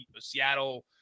Seattle